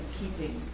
keeping